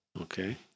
Okay